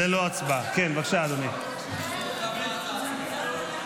הודעת ועדת הכנסת הודעות ליושב-ראש ועדת הכנסת,